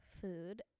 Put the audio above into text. food